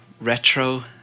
retro